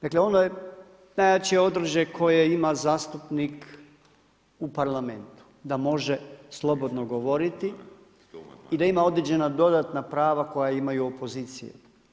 Dakle, ono je najjače … [[ne razumije se]] koje ima zastupnik u parlamentu da može slobodno govoriti i da ima određena dodatna prava koja imaju opozicije.